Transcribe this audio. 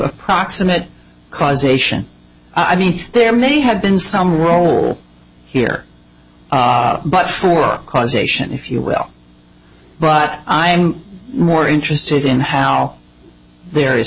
approximate causation i think there may have been some role here but for causation if you will but i am more interested in how there is